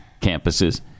campuses